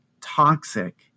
toxic